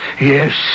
Yes